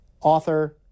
author